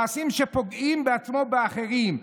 מעשים שפוגעים בעצמו ובאחרים.